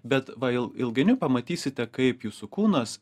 bet va il ilgainiui pamatysite kaip jūsų kūnas